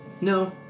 No